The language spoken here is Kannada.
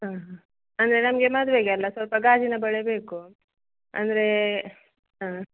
ಹಾಂ ಹಾಂ ಅಂದರೆ ನಮಗೆ ಮದುವೆಗೆ ಅಲ್ವ ಸ್ವಲ್ಪ ಗಾಜಿನ ಬಳೆ ಬೇಕು ಅಂದರೆ ಹಾಂ